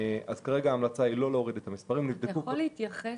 כרגע ההמלצה היא לא להוריד את המספרים --- אתה יכול להתייחס,